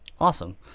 Awesome